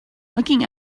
looking